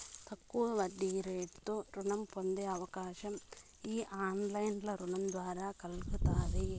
తక్కువ వడ్డీరేటుతో రుణం పొందే అవకాశం ఈ ఆన్లైన్ రుణం ద్వారా కల్గతాంది